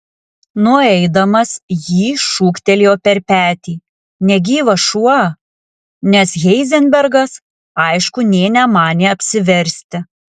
nueidamas jį šūktelėjo per petį negyvas šuo nes heizenbergas aišku nė nemanė apsiversti